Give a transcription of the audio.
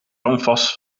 canvas